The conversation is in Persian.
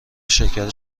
شرکت